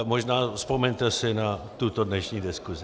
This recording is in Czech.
Možná vzpomeňte si na tuto dnešní diskusi.